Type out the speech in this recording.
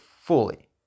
fully